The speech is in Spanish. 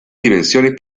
dimensiones